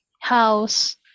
house